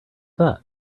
that